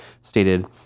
stated